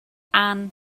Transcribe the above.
ann